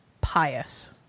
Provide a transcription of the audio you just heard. pious